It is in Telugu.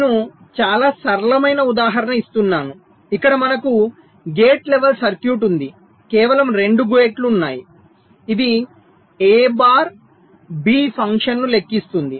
నేను చాలా సరళమైన ఉదాహరణ ఇస్తున్నాను ఇక్కడ మనకు గేట్ లెవల్ సర్క్యూట్ ఉందికేవలం 2 గేట్లు ఉన్నాయి ఇది A బార్ B ఫంక్షన్ను లెక్కిస్తుంది